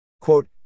Quote